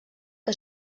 que